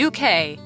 UK